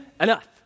enough